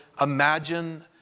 imagine